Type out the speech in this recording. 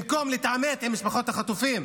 במקום להתעמת עם משפחות החטופים,